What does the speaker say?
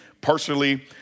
personally